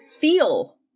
feel